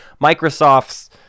Microsoft's